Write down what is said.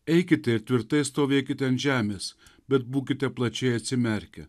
eikite ir tvirtai stovėkite ant žemės bet būkite plačiai atsimerkę